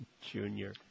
Junior